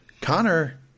Connor